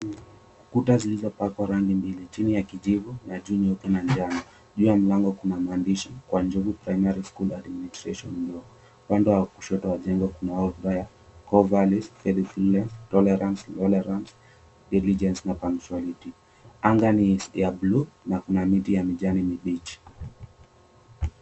Kuta zilizopakwa rangi mbili, chini ya kijivu na juu nyeupe na njano. Juu ya mlango Kuna maandishi Kwa Jomvu Primary School Administration Block. Upande wa kushoto wa jengo kuna orodha ya Core values, self-reliance, tolerance, , diligence na punctuality . Anga ni ya buluu na kunayo miti ya mijani mibichi.